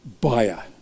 buyer